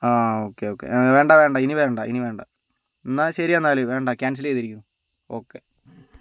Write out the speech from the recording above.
ആ okay okay വേണ്ട വേണ്ട ഇനി വേണ്ട ഇനി വേണ്ട എന്നാൽ ശരി എന്നാൽ വേണ്ട ക്യാൻസൽ ചെയ്തിരിക്കുന്നു ഓക്കേ